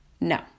No